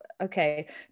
okay